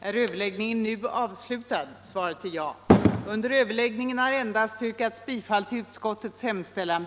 Fru talman!